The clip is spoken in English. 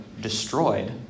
destroyed